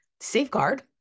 Safeguard